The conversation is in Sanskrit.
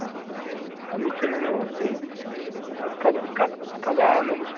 अस्तु समीचीनमेव अस्ति क कद् कदा आगमिष्यति